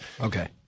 Okay